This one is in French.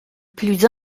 plus